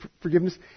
forgiveness